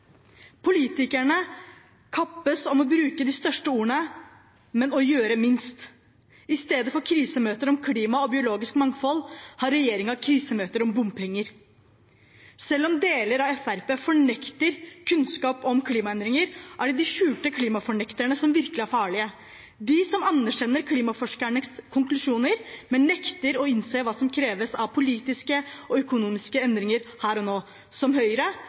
Politikerne kappes om å bruke de største ordene, men å gjøre minst. I stedet for krisemøter om klima og biologisk mangfold har regjeringen krisemøter om bompenger. Selv om deler av Fremskrittspartiet fornekter kunnskap om klimaendringer, er det de skjulte klimafornekterne som er virkelig farlige, de som anerkjenner klimaforskernes konklusjoner, men nekter å innse hva som kreves av politiske og økonomiske endringer her og nå, som Høyre,